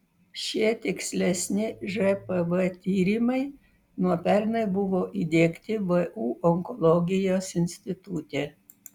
šie tikslesni žpv tyrimai nuo pernai buvo įdiegti vu onkologijos institute